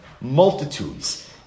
Multitudes